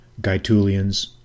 Gaetulians